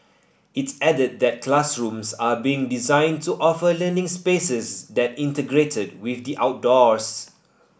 it added that classrooms are being designed to offer learning spaces that integrate with the outdoors